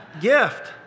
gift